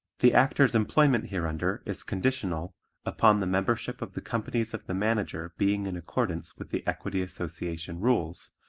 the actor's employment hereunder is conditional upon the membership of the companies of the manager being in accordance with the equity association rules,